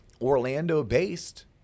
Orlando-based